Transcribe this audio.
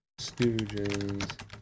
Stooges